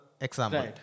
example